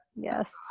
Yes